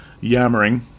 yammering